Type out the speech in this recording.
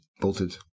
Bolted